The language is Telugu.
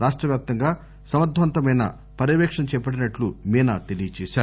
రాష్ట వ్యాప్తంగా సమర్దమైన పర్యవేక్షణ చేపట్టినట్టు మీనా తెలియజేశారు